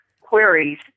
queries